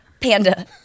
Panda